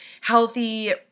healthy